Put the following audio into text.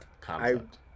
concept